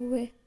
है।